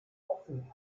offen